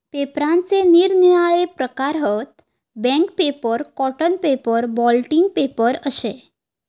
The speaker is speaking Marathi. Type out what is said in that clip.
पेपराचे निरनिराळे प्रकार हत, bank paper, cotton paper, blotting paper अशे